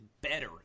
better